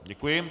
Děkuji.